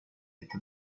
esta